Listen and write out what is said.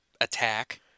attack